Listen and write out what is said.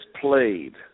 played